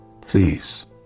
please